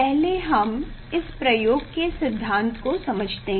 पहले हम इस प्रयोग के सिद्धांत को समझते हैं